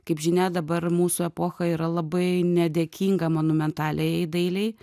kaip žinia dabar mūsų epocha yra labai nedėkinga monumentaliajai dailei